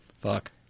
Fuck